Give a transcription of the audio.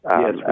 Yes